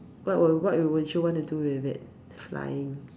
what will what would you want to do with it flying